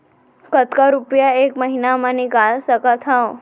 कतका रुपिया एक महीना म निकाल सकथव?